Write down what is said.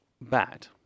bad